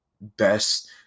best